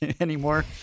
anymore